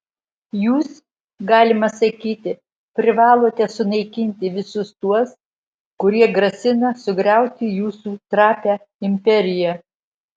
jūs galima sakyti privalote sunaikinti visus tuos kurie grasina sugriauti jūsų trapią imperiją